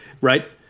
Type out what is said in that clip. right